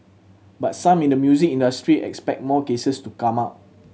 but some in the music industry expect more cases to come out